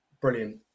Brilliant